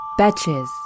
Betches